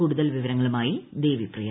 കൂടുതൽ വിവരങ്ങളുമായി ദേവി പ്രിയ